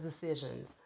decisions